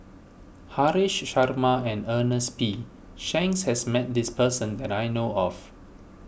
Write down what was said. Haresh Sharma and Ernest P Shanks has met this person that I know of